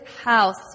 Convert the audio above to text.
house